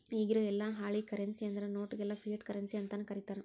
ಇಗಿರೊ ಯೆಲ್ಲಾ ಹಾಳಿ ಕರೆನ್ಸಿ ಅಂದ್ರ ನೋಟ್ ಗೆಲ್ಲಾ ಫಿಯಟ್ ಕರೆನ್ಸಿ ಅಂತನ ಕರೇತಾರ